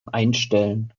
einstellen